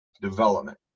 development